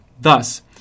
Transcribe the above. Thus